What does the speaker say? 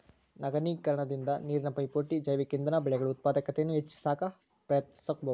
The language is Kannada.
ನಗರೀಕರಣದಿಂದ ನೀರಿನ ಪೈಪೋಟಿ ಜೈವಿಕ ಇಂಧನ ಬೆಳೆಗಳು ಉತ್ಪಾದಕತೆಯನ್ನು ಹೆಚ್ಚಿ ಸಾಕ ಪ್ರಯತ್ನಿಸಬಕು